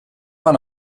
man